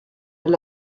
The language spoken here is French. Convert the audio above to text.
elle